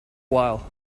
while